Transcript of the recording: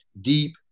deep